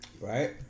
Right